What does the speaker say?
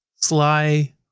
sly